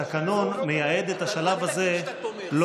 אל תגיד שאתה תומך, זה הכול.